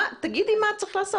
תגידי מה צריך לעשות.